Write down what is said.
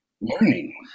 learning